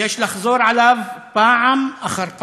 ויש לחזור עליו פעם אחר פעם,